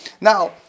Now